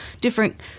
different